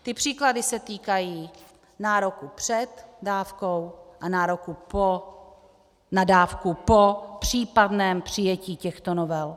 Ty příklady se týkají nároku před dávkou a nároku na dávku po případném přijetí těchto novel.